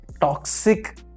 toxic